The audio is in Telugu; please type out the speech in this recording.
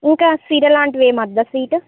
ఇంకా స్వీట్ అలాంటివి ఏమి వద్ద స్వీటు